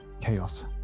Chaos